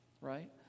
Right